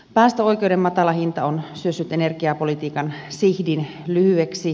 päästöoikeuden matala hinta on syössyt energiapolitiikan sihdin lyhyeksi